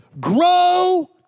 Grow